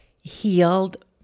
healed